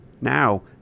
Now